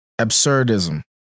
Absurdism